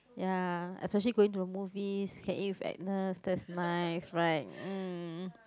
ya especially going to the movies can eat with Agnes that's nice right mm